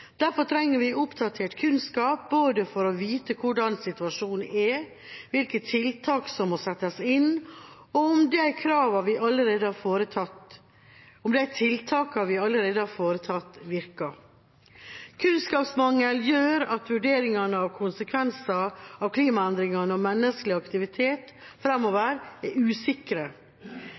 Derfor trenger vi oppdatert kunnskap for både å vite hvordan situasjonen er, hvilke tiltak som må settes inn, og om de tiltakene vi allerede har satt i verk, virker. Kunnskapsmangel gjør at vurderingene av konsekvensene av klimaendringene og menneskelig aktivitet